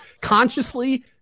consciously